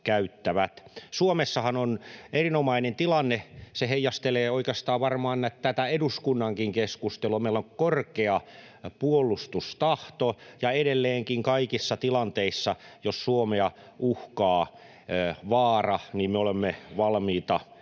Suomessahan on erinomainen tilanne. Se heijastelee oikeastaan varmaan tätä eduskunnankin keskustelua. Meillä on korkea puolustustahto, ja edelleenkin kaikissa tilanteissa, jos Suomea uhkaa vaara, me olemme valmiita